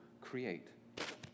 create